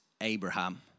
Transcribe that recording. Abraham